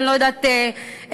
אני לא יודעת איך,